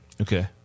Okay